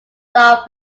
saul